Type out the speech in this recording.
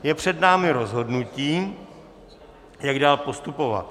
Je před námi rozhodnutí, jak dál postupovat.